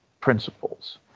principles